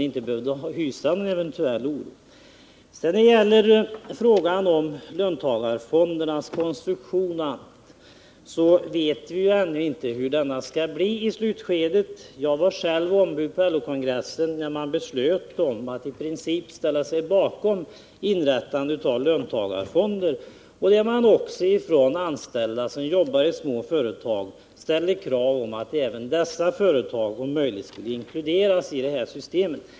Vi vet ju ännu inte hur löntagarfondernas konstruktion skall bli i slutskedet. Jag var själv med som ombud på LO-kongressen, när man beslutade att i princip ställa sig bakom inrättandet av löntagarfonder, och då framfördes krav från dem som jobbar i små företag om att även dessa företag om möjligt skulle inkluderas i systemet.